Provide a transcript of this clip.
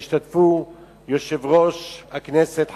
שבו השתתפו יושב-ראש הכנסת,